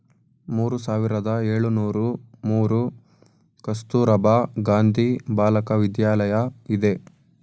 ಮೂರು ಸಾವಿರದ ಏಳುನೂರು ಮೂರು ಕಸ್ತೂರಬಾ ಗಾಂಧಿ ಬಾಲಿಕ ವಿದ್ಯಾಲಯ ಇದೆ